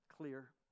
clear